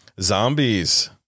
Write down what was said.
Zombies